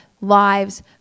lives